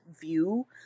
view